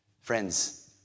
Friends